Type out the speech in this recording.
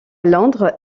londres